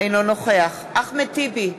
אינו נוכח אחמד טיבי,